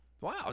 Wow